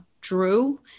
drew